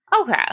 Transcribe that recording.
Okay